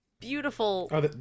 beautiful